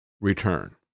return